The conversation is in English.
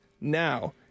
now